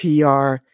PR